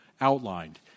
outlined